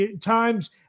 times